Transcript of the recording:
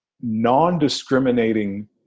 non-discriminating